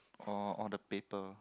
oh all the paper